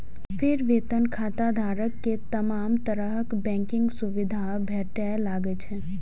फेर वेतन खाताधारक कें तमाम तरहक बैंकिंग सुविधा भेटय लागै छै